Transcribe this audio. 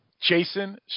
Jason